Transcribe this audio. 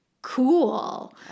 cool